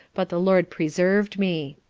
but the lord preserv'd me.